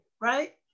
right